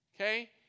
okay